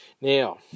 Now